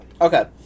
Okay